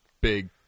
big